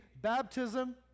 baptism